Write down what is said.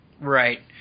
Right